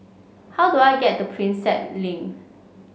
how do I get to Prinsep Link